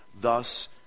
thus